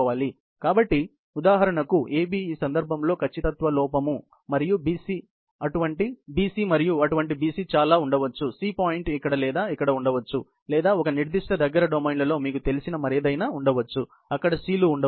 కాబట్టి ఉదాహరణకు AB ఈ సందర్భంలో ఖచ్చితత్వ లోపం మరియు BC మరియు అటువంటి BC చాలా ఉండవచ్చు C పాయింట్ ఇక్కడ లేదా ఇక్కడ ఉండవచ్చు లేదా ఒక నిర్దిష్ట దగ్గరి డొమైన్లో మీకు తెలిసిన మరేదైనా ఉండవచ్చు అక్కడ C లు ఉండవచ్చు